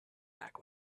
back